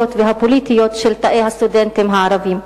והפוליטיות של תאי הסטודנטים הערבים.